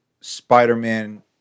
Spider-Man